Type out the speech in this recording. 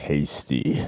Tasty